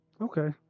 okay